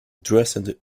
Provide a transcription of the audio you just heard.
dressed